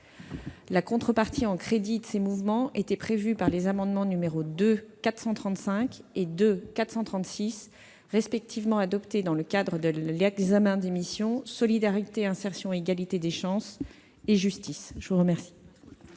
La contrepartie en crédits de ces mouvements était prévue par les amendements nII-435 et II-436, respectivement adoptés dans le cadre de l'examen des missions « Solidarité, insertion et égalité des chances » et « Justice ». Quel